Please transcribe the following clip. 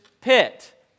pit